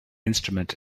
instrument